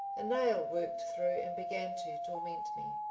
a nail worked through and began to torment me.